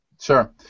Sure